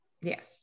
yes